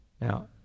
Now